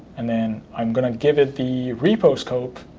and then i'm going to give it the repo scope,